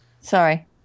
Sorry